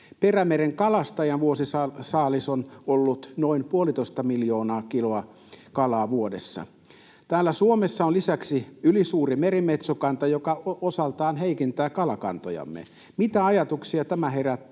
Perämeren kalastajan vuosisaalis on ollut noin puolitoista miljoonaa kiloa kalaa vuodessa. Täällä Suomessa on lisäksi ylisuuri merimetsokanta, joka osaltaan heikentää kalakantojamme. Mitä ajatuksia tämä herättää